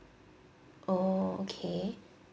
orh okay